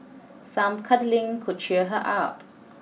some cuddling could cheer her up